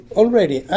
already